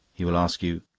he will ask you,